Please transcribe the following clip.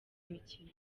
imikino